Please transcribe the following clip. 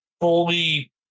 fully